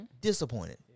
Disappointed